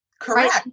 Correct